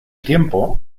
tiempo